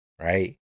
right